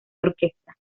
orquesta